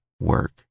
work